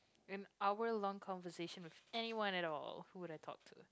and our long conversation with anyone at all who I've talked to